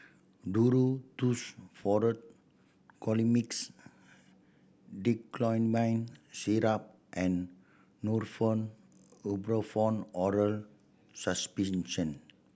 Duro Tuss Forte Colimix Dicyclomine Syrup and Nurofen Ibuprofen Oral Suspension